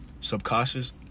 Subconscious